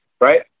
right